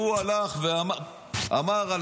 הוא אמר: